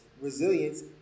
resilience